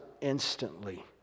instantly